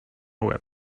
łeb